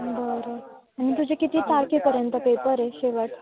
बरं आणि तुझे किती तारखेपर्यंत पेपर आहे शेवट